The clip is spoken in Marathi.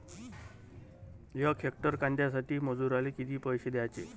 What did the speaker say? यक हेक्टर कांद्यासाठी मजूराले किती पैसे द्याचे?